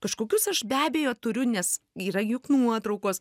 kažkokius aš be abejo turiu nes yra juk nuotraukos